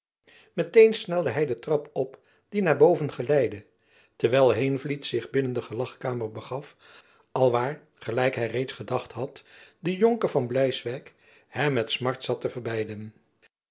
met-een snelde hy de trap op die naar boven geleidde terwijl heenvliet zich binnen de gelagkamer begaf alwaar gelijk hy reeds gedacht had de jonker van bleiswijck hem met smart zat te verbeiden